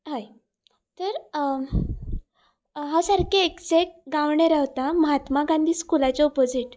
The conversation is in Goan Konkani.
हय तर हांव सारके एक्झेक्ट गांवणे रावता महात्मा गांधी स्कुलाचें ऑपोजीट